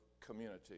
community